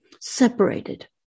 Separated